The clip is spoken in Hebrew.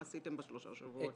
מה עשיתם בשלושת השבועות האלה?